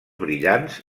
brillants